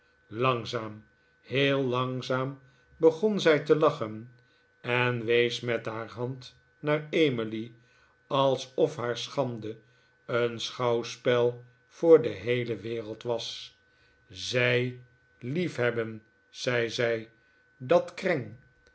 langzaam heel langzaam begon zij te lachen en wees met haar hand naar emily alsof haar schande een schouwspel voor de heele wereld was z ij liefhebben zei zij dat kreng